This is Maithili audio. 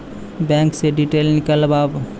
बैंक से डीटेल नीकालव?